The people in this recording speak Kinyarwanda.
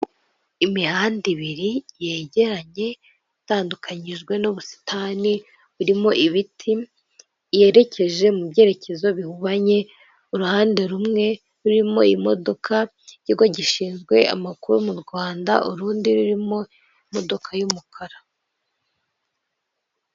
Imihanda ibiri yegeranye itandukanyijwe n'ubusitani burimo ibiti, yerekeje mu byerekezo bihubanye uruhande rumwe rurimo imodoka y'ikigo gishinzwe amakuru mu rwanda urundi rurimo imodoka y'umukara.